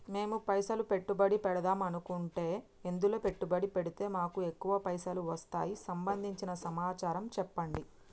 మేము పైసలు పెట్టుబడి పెడదాం అనుకుంటే ఎందులో పెట్టుబడి పెడితే మాకు ఎక్కువ పైసలు వస్తాయి సంబంధించిన సమాచారం చెప్పండి?